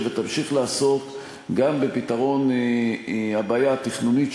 ותמשיך לעסוק גם בפתרון הבעיה התכנונית,